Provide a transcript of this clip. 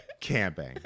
camping